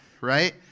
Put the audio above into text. right